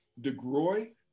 DeGroy